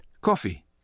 Coffee